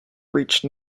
reached